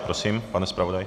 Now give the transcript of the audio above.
Prosím, pane zpravodaji.